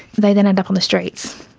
they then end up on the streets.